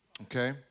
Okay